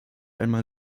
einmal